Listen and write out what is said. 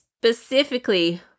specifically